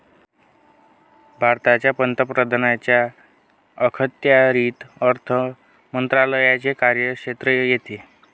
भारताच्या पंतप्रधानांच्या अखत्यारीत अर्थ मंत्रालयाचे कार्यक्षेत्र येते